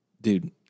dude